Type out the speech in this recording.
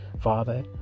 Father